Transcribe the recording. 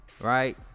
right